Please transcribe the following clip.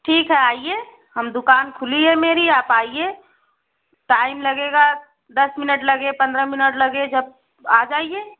ठीक है आइए हम दुकान खुली है मेरी आप आइए टाइम लगेगा दस मिनट लगे पन्द्रह मिनट लगे जब आ जाइए